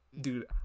dude